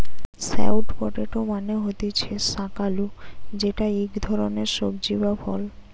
sweet potato মানে হতিছে শাক আলু যেটা ইক ধরণের সবজি বা ফল